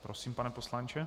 Prosím, pane poslanče.